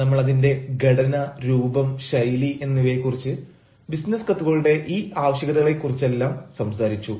നമ്മൾ അതിന്റെ ഘടന രൂപം ശൈലി എന്നിവയെ കുറിച്ച് ബിസിനസ് കത്തുകളുടെ ഈ ആവശ്യകതകളെ കുറിച്ചെല്ലാം സംസാരിച്ചു